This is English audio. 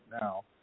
now